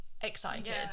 excited